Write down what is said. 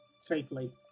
safely